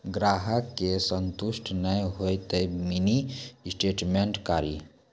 ग्राहक के संतुष्ट ने होयब ते मिनि स्टेटमेन कारी?